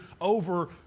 over